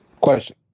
question